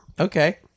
Okay